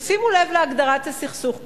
ושימו לב להגדרת הסכסוך כאן.